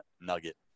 nugget